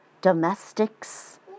domestics